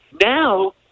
Now